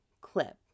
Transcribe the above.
clip